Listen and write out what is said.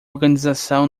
organização